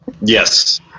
Yes